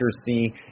accuracy